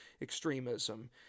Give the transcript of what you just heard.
extremism